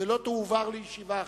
ולא תועבר לישיבה אחרת.